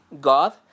God